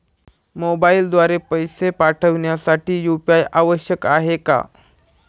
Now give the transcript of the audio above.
मोबाईलद्वारे पैसे पाठवण्यासाठी यू.पी.आय आवश्यक आहे का?